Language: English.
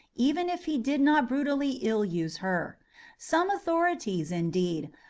even if he did not brutally ill-use her some authorities, indeed,